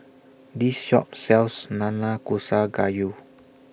This Shop sells Nanakusa Gayu